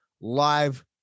live